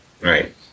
Right